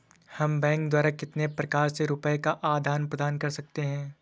हम बैंक द्वारा कितने प्रकार से रुपये का आदान प्रदान कर सकते हैं?